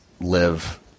live